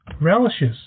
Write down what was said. Relishes